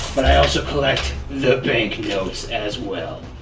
but i also collect the bank notes as well.